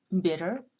bitter